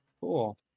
Cool